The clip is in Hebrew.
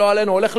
הולך לעולמו,